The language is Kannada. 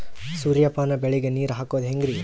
ಸೂರ್ಯಪಾನ ಬೆಳಿಗ ನೀರ್ ಹಾಕೋದ ಹೆಂಗರಿ?